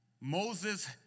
Moses